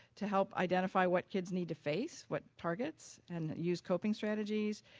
to help identify what kids need to face, what targets, and use coping strategies,